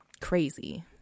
crazy